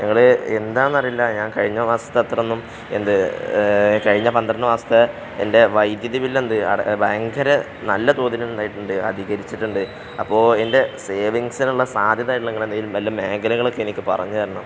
ഞങ്ങൾ എന്താണെന്ന് അറിയില്ല ഞാൻ കഴിഞ്ഞ മാസത്തെ അത്രയൊന്നും എന്ത് കഴിഞ്ഞ പന്ത്രണ്ട് മാസത്തെ എൻ്റെ വൈദ്യുതി ബില്ല എന്ത് ഭയങ്കര നല്ല തോതിൽ എന്തായിട്ടുണ്ട് അധികരിച്ചിട്ടുണ്ട് അപ്പോൾ എൻ്റെ സേവിങ്സിനുള്ള സാധ്യതയായിട്ടുള്ളത് അങ്ങനെ എന്തെങ്കിലും വല്ല മേഖലകളൊക്കെ എനിക്ക് പറഞ്ഞു തരണം